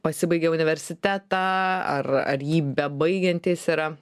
pasibaigė universitetą ar ar jį bebaigiantys yra